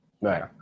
right